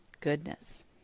goodness